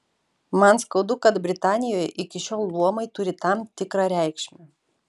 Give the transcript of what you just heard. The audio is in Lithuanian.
man skaudu kad britanijoje iki šiol luomai turi tam tikrą reikšmę